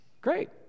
Great